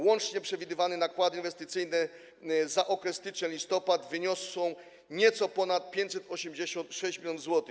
Łącznie przewidywane nakłady inwestycyjne za okres styczeń-listopad wyniosą nieco ponad 586 mln zł.